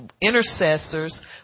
intercessors